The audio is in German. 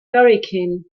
hurrikan